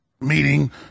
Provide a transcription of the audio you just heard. meeting